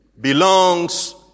belongs